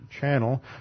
channel